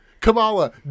Kamala